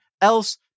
else